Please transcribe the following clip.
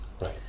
Right